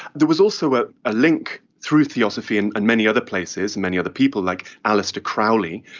there was also a ah link through theosophy and and many other places and many other people, like aleister crowley,